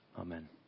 Amen